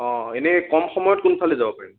অ' এনেই কম সময়ত কোন ফালে যাব পাৰিম